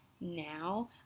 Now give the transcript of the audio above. Now